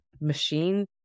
machine